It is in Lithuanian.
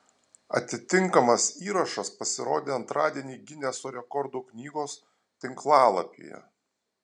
atitinkamas įrašas pasirodė antradienį gineso rekordų knygos tinklalapyje